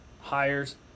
hires